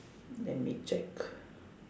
let me check